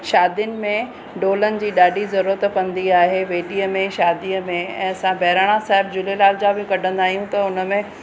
शादियुनि में ढोलनि जी ॾाढी ज़रूरत पवंदी आहे वेदीअ में शादीअ में ऐं असां बहिराणा साहिबु झूलेलाल जा बि कढंदा आहियूं त हुनमें